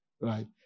right